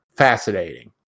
Fascinating